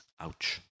Ouch